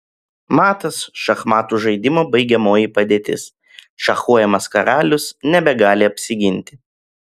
matas šachmatų žaidimo baigiamoji padėtis šachuojamas karalius nebegali apsiginti